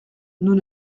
nous